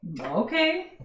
Okay